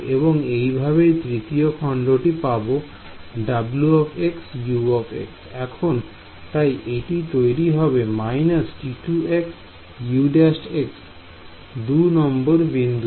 এবং এই ভাবেই তৃতীয় খন্ডটি পাব w x u x তাই এটি তৈরি হবে − T2 u′ 2 নম্বর বিন্দুতে